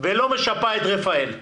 ולא משפה את רפא"ל?